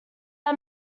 are